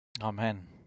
Amen